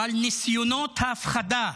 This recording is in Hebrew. אבל ניסיונות ההפחדה